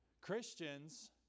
Christians